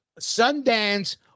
Sundance